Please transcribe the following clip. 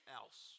else